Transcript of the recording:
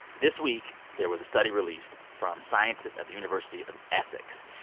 this week, there was a study released from scientists at the university of essex,